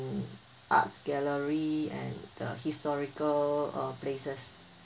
arts gallery and the historical uh places